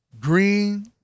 Green